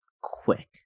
quick